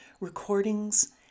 recordings